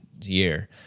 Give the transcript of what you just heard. year